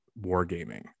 wargaming